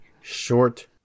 short